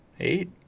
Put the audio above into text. Eight